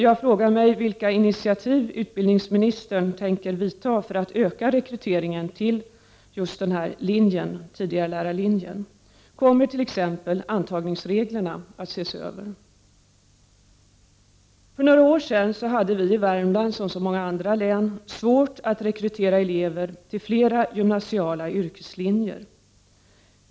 Jag frågar mig vilka initiativ utbildningsministern tänker ta för att öka rekryteringen till just tidig-lärarlinjen. Kommer t.ex. antagningsreglerna att ses över? För några år sedan hade vi i Värmland, som så många andra län, svårt att rekrytera elever till flera av de gymnasiala yrkeslinjerna.